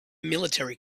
military